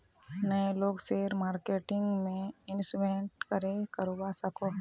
नय लोग share marketing में इंवेस्ट करे करवा सकोहो?